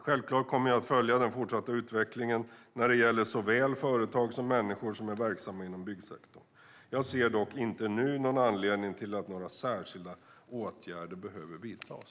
Självklart kommer jag att följa den fortsatta utvecklingen när det gäller såväl företag som människor som är verksamma inom byggsektorn. Jag ser dock inte nu någon anledning till att några särskilda åtgärder behöver vidtas.